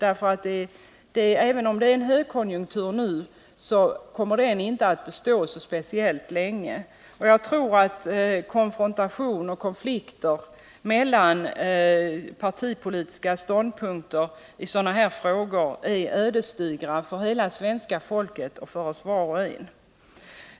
Även om det är en högkonjunktur nu, så kommer den inte att bestå så speciellt länge, och jag tror att konfrontation och konflikter mellan partipolitiska ståndpunkter i sådana här frågor är ödesdigra för hela svenska folket och för oss var och en.